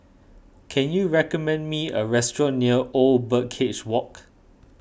can you recommend me a restaurant near Old Birdcage Walk